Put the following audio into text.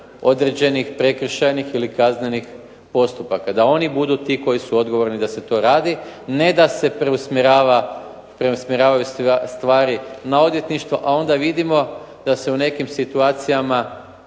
određenih prekršajnih ili kaznenih postupaka, da oni budu ti koji su odgovorni da se to radi, ne da se preusmjeravaju stvari na odvjetništvo a onda vidimo da se u nekim situacijama